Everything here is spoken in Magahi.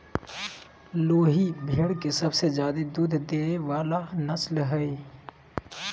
लोही भेड़ के सबसे ज्यादे दूध देय वला नस्ल हइ